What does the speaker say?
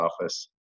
office